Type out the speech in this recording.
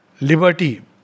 Liberty